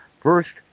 First